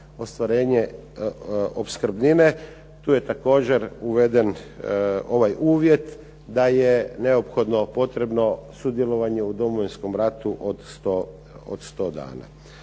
ostvarenje opskrbnine. Tu je također uveden ovaj uvjet da je neophodno potrebno sudjelovanje u Domovinskom ratu od 100 dana.